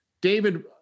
David